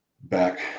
back